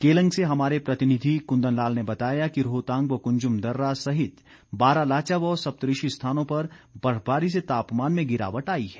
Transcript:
केलंग से हमारे प्रतिनिधि कुंदन लाल ने बताया कि रोहतांग व कुंजुम दर्रा सहित बारालाचा व सप्तऋषि स्थानों पर बर्फबारी से तापमान में गिरावट आई है